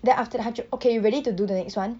then after that 他就 okay you ready to do the next [one]